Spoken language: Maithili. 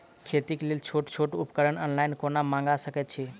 खेतीक लेल छोट छोट उपकरण ऑनलाइन कोना मंगा सकैत छी?